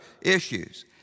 issues